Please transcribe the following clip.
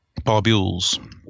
barbules